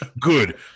Good